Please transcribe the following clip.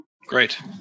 Great